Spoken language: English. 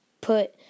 put